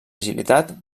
agilitat